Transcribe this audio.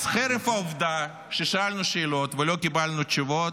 אז חרף העובדה ששאלנו שאלות ולא קיבלנו תשובות,